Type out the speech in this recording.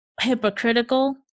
hypocritical